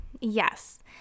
Yes